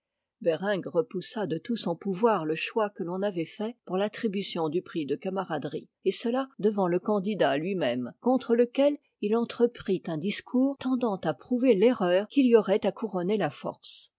bereng repoussa de tout son pouvoir le choix que l'on avait fait pour l'attribution du prix de camaraderie et cela devant le candidat lui-même contre lequel il entreprit un discours tendant à prouver l'erreur qu'il y aurait à couronner la force